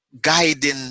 guiding